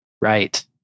right